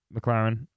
McLaren